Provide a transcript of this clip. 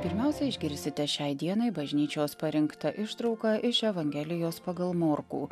pirmiausia išgirsite šiai dienai bažnyčios parinktą ištrauką iš evangelijos pagal morkų